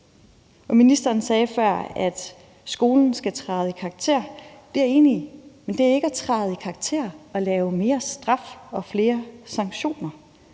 Ministeren sagde før, at skolen skal træde i karakter. Det er jeg enig i, men det er ikke at træde i karakter at lave mere straf og flere sanktioner.